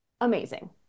Amazing